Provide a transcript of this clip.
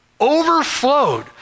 overflowed